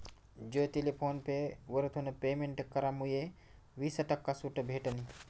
ज्योतीले PhonePe वरथून payment करामुये वीस टक्का सूट भेटनी